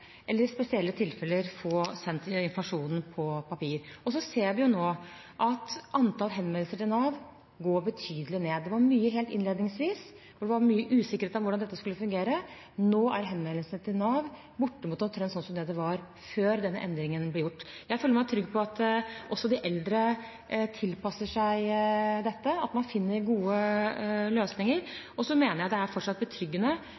eller i spesielle tilfeller få sendt informasjonen på papir. Vi ser nå at antall henvendelser til Nav går betydelig ned. Det var mye helt innledningsvis, det var mye usikkerhet om hvordan dette skulle fungere. Nå er antall henvendelser til Nav bortimot omtrent som det det var før denne endringen ble gjort. Jeg føler meg trygg på at også de eldre tilpasser seg dette, at man finner gode løsninger, og jeg mener det fortsatt er betryggende